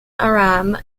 aram